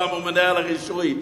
הוא הממונה על הרישוי.